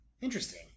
Interesting